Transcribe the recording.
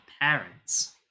parents